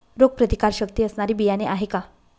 रोगप्रतिकारशक्ती असणारी बियाणे आहे का?